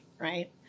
right